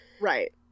Right